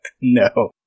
No